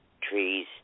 Trees